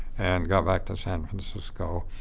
and got back to san francisco.